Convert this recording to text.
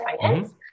finance